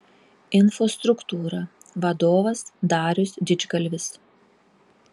infostruktūra vadovas darius didžgalvis